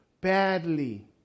badly